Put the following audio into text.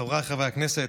חבריי חברי הכנסת,